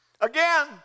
Again